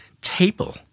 table